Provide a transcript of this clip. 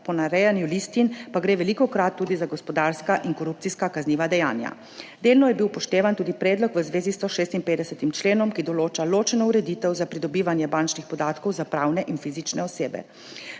ponarejanju listin pa gre velikokrat tudi za gospodarska in korupcijska kazniva dejanja. Delno je bil upoštevan tudi predlog v zvezi s 156. členom, ki določa ločeno ureditev za pridobivanje bančnih podatkov za pravne in fizične osebe.